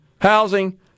housing